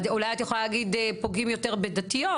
אולי את יכולה להגיד שפוגעים יותר בדתיות.